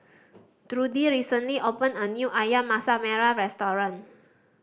Trudie recently opened a new Ayam Masak Merah restaurant